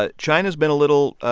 ah china's been a little.